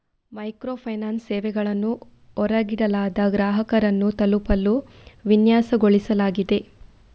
micro finance ಸೇವೆಗಳನ್ನು ಹೊರಗಿಡಲಾದ ಗ್ರಾಹಕರನ್ನು ತಲುಪಲು ವಿನ್ಯಾಸಗೊಳಿಸಲಾಗಿದೆ